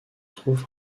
trouve